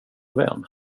vän